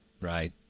right